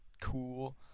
cool